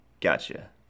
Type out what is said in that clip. Gotcha